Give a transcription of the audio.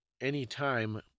anytime